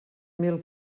mil